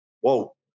whoa